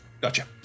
Gotcha